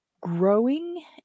growing